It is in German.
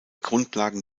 grundlagen